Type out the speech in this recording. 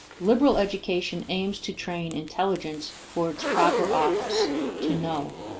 liberal education aims to train intelligence for its proper office to know.